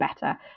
better